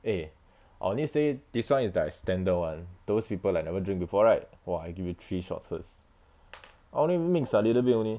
eh I only say this [one] is like standard [one] those people like never drink before right !wah! I give you three shots first I only mix a little bit only